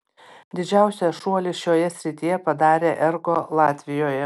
didžiausią šuolį šioje srityje padarė ergo latvijoje